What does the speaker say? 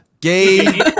Gay